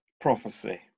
prophecy